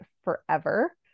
forever